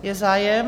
Je zájem?